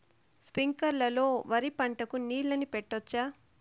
స్ప్రింక్లర్లు లో వరి పంటకు నీళ్ళని పెట్టొచ్చా?